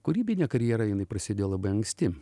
kūrybinė karjera jinai prasidėjo labai anksti